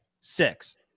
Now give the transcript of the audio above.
Six